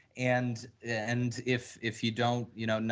and, and if if you don't, you know know,